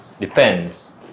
depends